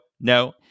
no